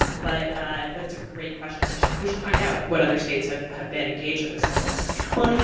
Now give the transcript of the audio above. um but ah but it's a great question. we should we should find out what other states have have been engaged at this level. clark well, you know